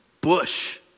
bush